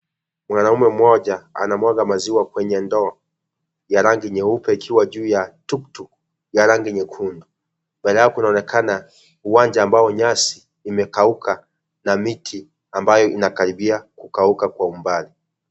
Mwanaume mmoja anamwaga maziwa kwenye ndoo ya rangi nyeupe ikiwa juu ya tukutuk ya rangi nyekundu, mbele yao kunaonekana uwanja ambao nyasi imekauka na miti ambayo inakaribia kukauka kwa umbali.